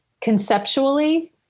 conceptually